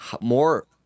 more